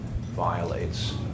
violates